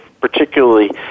particularly